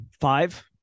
five